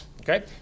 Okay